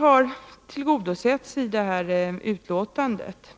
Samtidigt skriver utskottet